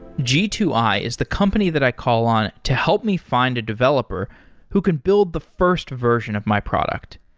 g two i is the company that i call on to help me find a developer who can build the first version of my product.